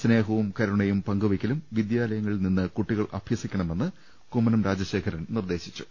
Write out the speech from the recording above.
സ്നേഹവും കരുണയും പങ്കുവെക്കലും വിദ്യാലയങ്ങളിൽ നിന്ന് കുട്ടികൾ അഭ്യസിക്കണമെന്ന് കുമ്മനം രാജശേഖരൻ നിർദേശിച്ചു